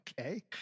Okay